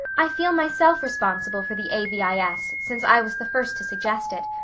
i feel myself responsible for the a v i s, since i was the first to suggest it,